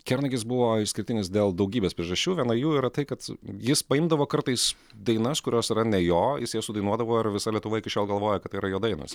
kernagis buvo išskirtinis dėl daugybės priežasčių viena jų yra tai kad jis paimdavo kartais dainas kurios yra ne jo jis jas sudainuodavo ir visa lietuva iki šiol galvoja kad yra jo dainos